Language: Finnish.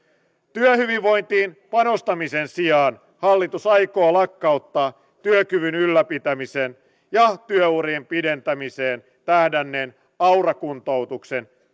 työhyvinvointiin panostamisen sijaan hallitus aikoo lakkauttaa työkyvyn ylläpitämiseen ja työurien pidentämiseen tähdänneen aura kuntoutuksen